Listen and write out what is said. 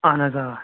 اَہَن حظ آ